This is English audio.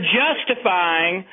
justifying